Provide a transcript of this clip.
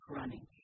running